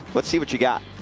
let's see what you got.